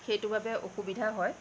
সেইটো বাবে অসুবিধা হয়